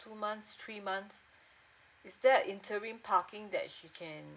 two months three months is that interim parking that she can